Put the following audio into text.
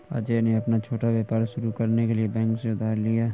अजय ने अपना छोटा व्यापार शुरू करने के लिए बैंक से उधार लिया